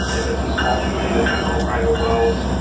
if it's a small community that has all private wells,